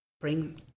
bring